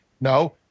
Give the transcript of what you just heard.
No